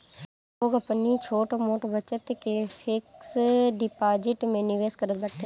लोग अपनी छोट मोट बचत के फिक्स डिपाजिट में निवेश करत बाटे